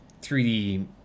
3D